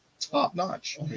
top-notch